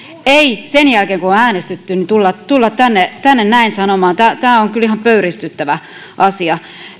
ei sen jälkeen kun on äänestetty tulla tulla tänne tänne näin sanomaan tämä on kyllä ihan pöyristyttävä asia